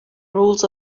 rules